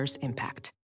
impact